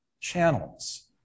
channels